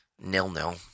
Nil-nil